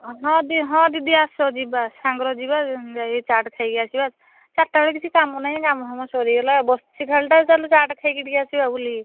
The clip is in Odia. ହଁ ଦି ହଁ ଦିଦି ଆସ ଯିବା ସାଙ୍ଗରେ ଯିବା ଯାଇକି ଚାଟ୍ ଖାଇକି ଆସିବା ଚାରଟା ବେଳେ କିଛି କାମ ନାଇ କାମଫାମ ସରିଗଲା ବସଛି ଖାଲିଟାରେ ଚାଲ ଚାଟ୍ ଖାଇକି ଟିକିଏ ଆସିବା ବୁଲିକି